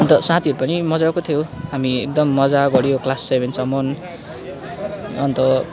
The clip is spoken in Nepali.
अन्त साथीहरू पनि मज्जाको थियो हामी एकदम मज्जा गऱ्यो क्लास सेभेनसम्म अन्त